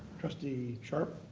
trustee sharp?